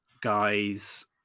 guys